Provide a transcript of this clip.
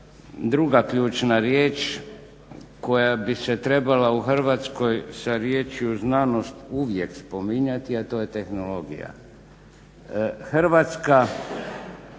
druga ključna riječ koja bi se trebala u Hrvatskoj sa riječju znanost uvijek spominjati, a to je tehnologija. Hrvatska